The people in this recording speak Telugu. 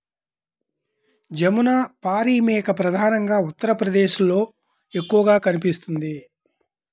జమునపారి మేక ప్రధానంగా ఉత్తరప్రదేశ్లో ఎక్కువగా కనిపిస్తుంది